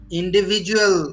individual